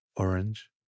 Orange